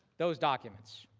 those documents.